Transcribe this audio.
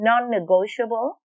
non-negotiable